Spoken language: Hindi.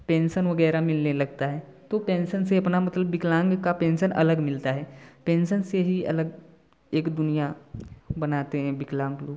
पेंशन वगैरह मिलने लगता है तो पेंशन से अपना मतलब विकलांग का पेंशन अलग मिलता है पेंशन से ही एक अलग दुनिया बनाते हैं विकलांग लोग